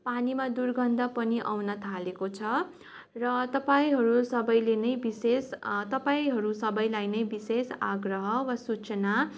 पानीमा दुर्गन्ध पनि आउनथालेको छ र तपाईँहरू सबैले नै विशेष तपाईँहरू सबैलाई नै विशेष आग्रह वा सूचना